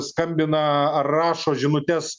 skambina ar rašo žinutes